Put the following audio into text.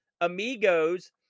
AMIGOS